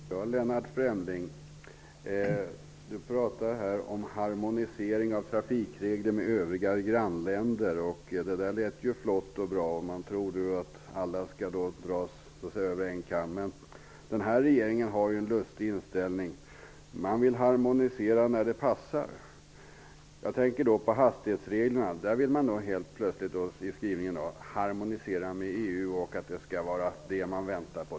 Herr talman! Lennart Fremling talar om harmonisering av trafikregler med övriga grannländer. Det låter flott och bra. Men tycker Lennart Fremling att alla skall dras över en kam? Den här regeringen har en lustig inställning. Man vill harmonisera när det passar. Jag tänker på hastighetsreglerna. Där vill man helt plötsligt enligt skrivningen harmonisera med EU, och därför skall man vänta.